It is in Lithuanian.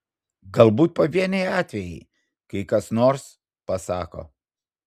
galbūt pavieniai atvejai kai kas nors pasako